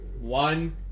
One